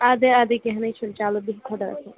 اَدے اَدے کیٚنٛہہ نے چھُنہٕ چلو بِہِو خۄدایَس حوا